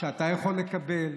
שאתה יכול לקבל,